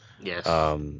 yes